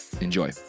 Enjoy